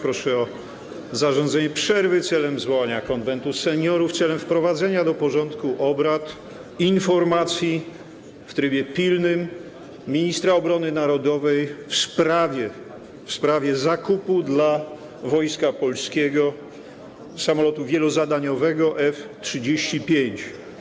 Proszę o zarządzenie przerwy i zwołanie Konwentu Seniorów celem wprowadzenia do porządku obrad informacji w trybie pilnym ministra obrony narodowej w sprawie zakupu dla Wojska Polskiego samolotu wielozadaniowego F-35.